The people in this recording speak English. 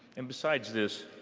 and besides this,